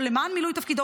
או למען מילוי תפקידו,